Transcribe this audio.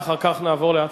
ואחר כך נעבור להצבעה.